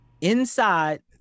inside